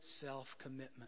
self-commitment